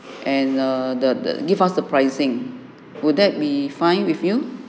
and err the the give us the pricing would that be fine with you